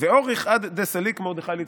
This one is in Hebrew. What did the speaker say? ואוריך עד דסליק מרדכי לצלותיה"